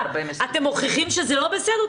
אתם מוכיחים שזה לא בסדר?